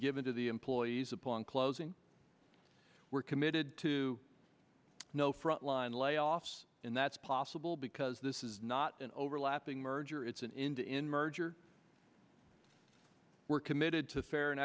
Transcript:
given to the employees upon closing we're committed to no front line layoffs and that's possible because this is not an overlapping merger it's an india in merger we're committed to fair and